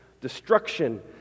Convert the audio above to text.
destruction